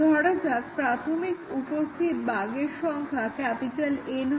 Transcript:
ধরা যাক প্রাথমিকভাবে উপস্থিত বাগের সংখ্যা N হয়